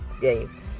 game